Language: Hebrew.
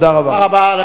תודה רבה.